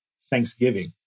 Thanksgiving